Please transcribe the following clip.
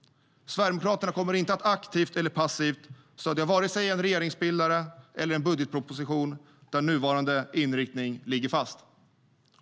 Sverigedemokraterna kommer inte att aktivt eller passivt stödja vare sig en regeringsbildare eller en budgetproposition där nuvarande inriktning ligger fast.